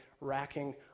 racking